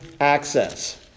access